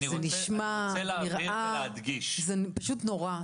זה נשמע ונראה פשוט נורא.